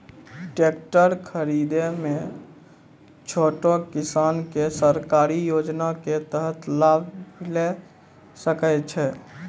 Tractor खरीदै मे छोटो किसान के सरकारी योजना के तहत लाभ मिलै सकै छै?